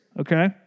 Okay